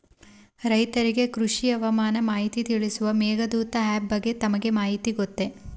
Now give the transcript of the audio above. ರೈತರಿಗೆ ಕೃಷಿ ಹವಾಮಾನ ಮಾಹಿತಿ ತಿಳಿಸುವ ಮೇಘದೂತ ಆಪ್ ಬಗ್ಗೆ ತಮಗೆ ಮಾಹಿತಿ ಗೊತ್ತೇ?